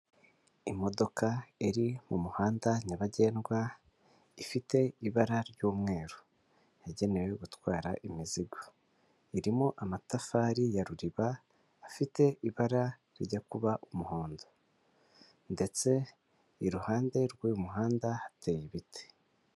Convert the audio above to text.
Imodoka iri mu muhanda nyabagendwa, ifite ibara ry'umweru, yagenewe gutwara imizigo, irimo amatafari ya ruriba, afite ibara rijya kuba umuhondo ndetse iruhande rw'uyu muhanda hateye ibiti.